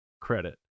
credit